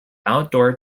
outdoor